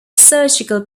surgical